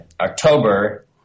October